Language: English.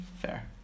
fair